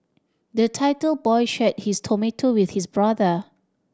the boy shared his tomato with his brother